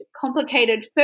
complicated